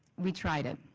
we tried it.